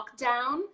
lockdown